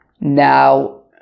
Now